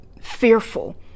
fearful